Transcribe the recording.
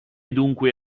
dunque